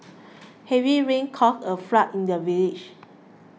heavy rains caused a flood in the village